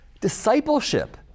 Discipleship